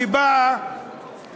שבאה